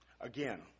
Again